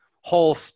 whole